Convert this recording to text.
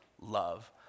love